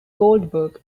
goldberg